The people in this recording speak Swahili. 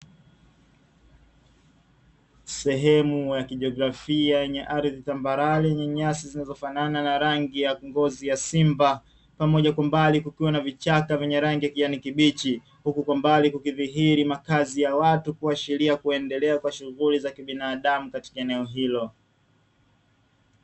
Sehemu ya kijiografia yenye ardhi tambarare yenye nyasi zinzofanan na rangi ya ngozi ya simba pamoja, kwa mbali kukiwa na vichaka vyenye rangi ya kijani kibichi huku kwa mbali kukidhihiri makazi ya watu kuashiria kuendelea kwa shughuli za kibinadamu katika eneo hilo.